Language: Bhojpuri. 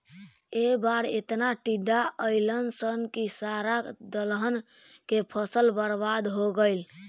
ए बार एतना टिड्डा अईलन सन की सारा दलहन के फसल बर्बाद हो गईल